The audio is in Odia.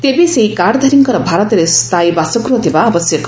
ତେବେ ସେହି କାର୍ଡଧାରୀଙ୍କର ଭାରତରେ ସ୍ଥାୟୀ ବାସଗୃହ ଥିବା ଆବଶ୍ୟକ